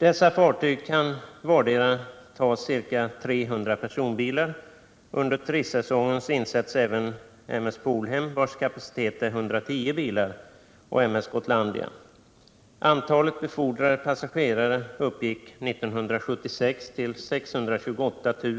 Dessa fartyg kan ta ca 300 personbilar vartdera. Under turistsäsongen insätts även M S Gotlandia. Antalet befordrade passagerare uppgick 1976 till 628 000